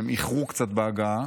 הם איחרו קצת בהגעה,